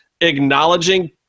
acknowledging